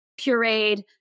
pureed